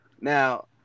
Now